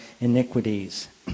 iniquities